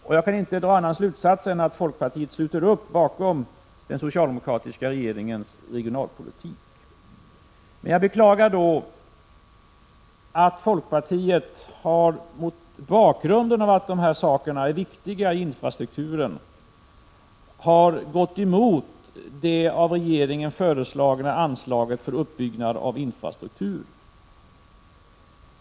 Jag kan således inte dra någon annan slutsats än att folkpartiet sluter upp bakom den socialdemokratiska regeringens regionalpolitik. Jag beklagar emellertid att folkpartiet, mot bakgrund av att dessa saker är viktiga i infrastrukturen, har gått emot det av regeringen föreslagna anslaget för uppbyggnad av infrastrukturen.